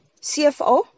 CFO